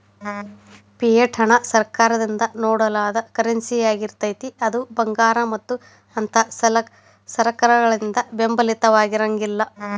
fiat ಹಣ ಸರ್ಕಾರದಿಂದ ನೇಡಲಾದ ಕರೆನ್ಸಿಯಾಗಿರ್ತೇತಿ ಅದು ಭಂಗಾರ ಮತ್ತ ಅಂಥಾ ಸರಕಗಳಿಂದ ಬೆಂಬಲಿತವಾಗಿರಂಗಿಲ್ಲಾ